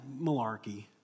malarkey